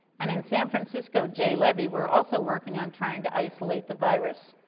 and in san francisco jay levy, were also working on trying to isolate the virus.